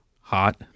hot